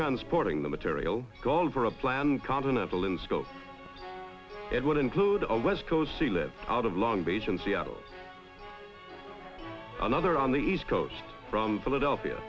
transporting the material called for a plan continental in scope it would include a west coast sea live out of long beach in seattle another on the east coast from philadelphia